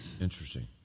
Interesting